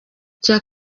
icya